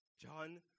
John